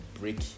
break